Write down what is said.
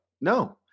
no